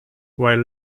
while